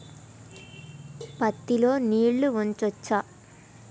పత్తి లో నీళ్లు ఉంచచ్చా?